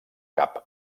cap